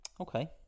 okay